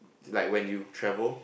like when you travel